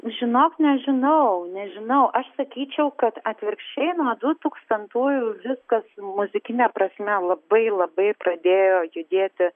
žinok nežinau nežinau aš sakyčiau kad atvirkščiai nuo du tūkstantųjų viskas muzikine prasme labai labai pradėjo judėti